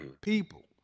People